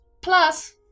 Plus